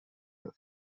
her